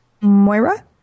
Moira